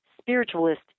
spiritualist